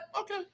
okay